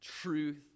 Truth